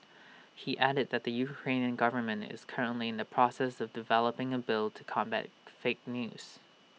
he added that the Ukrainian government is currently in the process of developing A bill to combat fake news